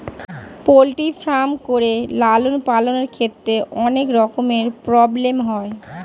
poultry farm করে লালন পালনের ক্ষেত্রে অনেক রকমের প্রব্লেম হয়